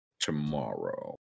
tomorrow